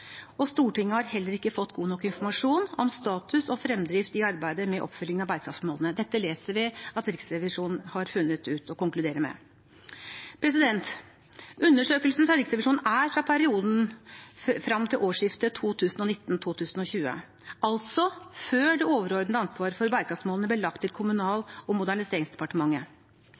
Stortinget har heller ikke fått god nok informasjon om status og fremdrift i arbeidet med oppfølging av bærekraftsmålene. Dette leser vi at Riksrevisjonen har funnet ut og konkluderer med. Undersøkelsen fra Riksrevisjonen er fra perioden frem til årsskiftet 2019–2020, altså før det overordnede ansvaret for bærekraftsmålene ble lagt til Kommunal- og moderniseringsdepartementet.